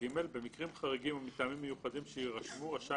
במקרים חריגים ומטעמים מיוחדים שיירשמו רשאי